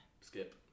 Skip